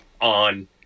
on